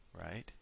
right